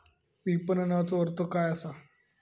विपणनचो अर्थ काय असा?